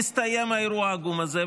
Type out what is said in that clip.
יסתיים האירוע העגום הזה,